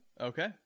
okay